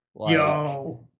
Yo